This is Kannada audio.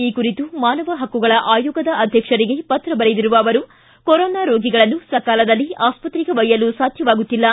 ಈ ಕುರಿತು ಮಾನವ ಹಕ್ಕುಗಳ ಆಯೋಗದ ಅಧ್ಯಕ್ಷರಿಗೆ ಪತ್ರ ಬರೆದಿರುವ ಅವರು ಕೊರೊನಾ ರೋಗಿಗಳನ್ನು ಸಕಾಲದಲ್ಲಿ ಆಸ್ತತ್ರೆಗೆ ಒಯ್ದಲು ಸಾಧ್ಯವಾಗುತ್ತಿಲ್ಲ